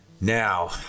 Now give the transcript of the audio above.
Now